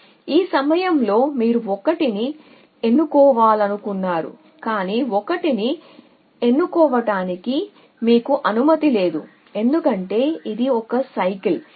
కాబట్టి ఈ సమయంలో మీరు 1 ని ఎన్నుకోవాలనుకున్నారు కానీ 1 ని ఎన్నుకోవటానికి మీకు అనుమతి లేదు ఎందుకంటే ఇది ఒక చక్రం